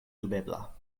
dubebla